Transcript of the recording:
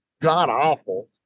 god-awful